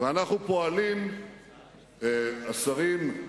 ואנחנו פועלים, השרים,